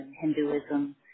Hinduism